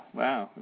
wow